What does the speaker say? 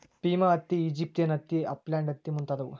Pima ಹತ್ತಿ, Egyptian ಹತ್ತಿ, upland ಹತ್ತಿ ಮುಂತಾದವು